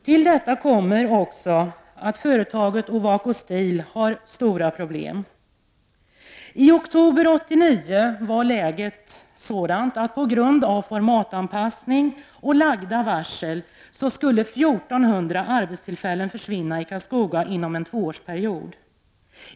Till detta kommer att företaget Ovako Steel har stora problem. I oktober 1989 var läget sådant att ca 1 400 arbetstillfällen på grund av formatanpassning och lagda varsel skulle försvinna i Karlskoga inom en tvåårsperiod.